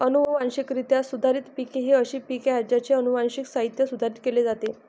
अनुवांशिकरित्या सुधारित पिके ही अशी पिके आहेत ज्यांचे अनुवांशिक साहित्य सुधारित केले जाते